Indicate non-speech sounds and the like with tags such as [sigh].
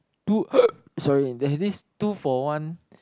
two [noise] sorry there's this two for one